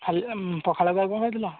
ଖାଲି ପଖାଳକୁ ଆଉ କ'ଣ ଖାଇଥିଲ